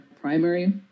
primary